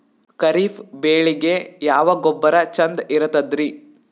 ಖರೀಪ್ ಬೇಳಿಗೆ ಯಾವ ಗೊಬ್ಬರ ಚಂದ್ ಇರತದ್ರಿ?